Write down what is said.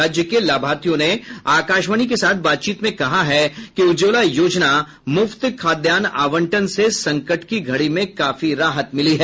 राज्य के लाभार्थियों ने आकाशवाणी के साथ बातचीत में कहा है कि उज्ज्वला योजना मुफ्त खाद्यान्न आवंटन से संकट की घड़ी में काफी राहत मिली है